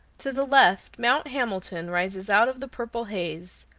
to the left mount hamilton rises out of the purple haze,